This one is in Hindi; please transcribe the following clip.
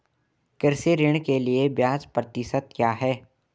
कृषि ऋण के लिए ब्याज प्रतिशत क्या है?